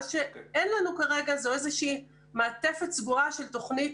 מה שאין לנו כרגע זו איזושהי מעטפת סגורה של תוכנית